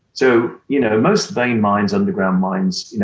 so you know most vein mines, underground mines, you know,